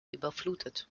überflutet